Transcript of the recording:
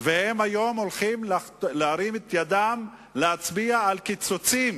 והיום הם הולכים להרים את ידם, להצביע על קיצוצים